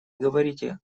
говорите